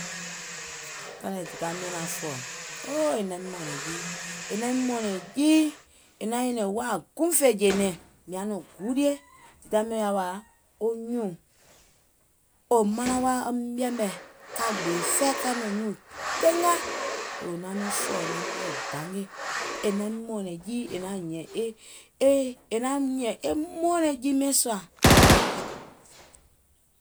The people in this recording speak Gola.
Taìŋ nɛ dèda miɔ̀ŋ naŋ fɔ̀, o o è naim mɔ̀ɔ̀nɛ̀ŋ jii, è naim mɔ̀ɔ̀nɛ̀ŋ jii, è naŋ nyɛ̀nɛ̀ŋ wàà guùŋ fè jè nɛ̀ŋ mìŋ yaà nɔŋ gulie. Wo dèda miɔ̀ŋ wò yaà wa wo nyùùŋ wò manaŋ wa woim yɛmɛ̀ ka gbèè fɛi ka nɔ̀ŋ nyuùŋ teenga, yèè wo naŋ nɔŋ fɔ̀ wò naim yɛi dangè, è naim mɔ̀ɔ̀nɛ̀ŋ jii, è naŋ hìɛ̀ŋ mɔ̀ɔ̀nɛŋ jii miɛ̀ŋ sùà.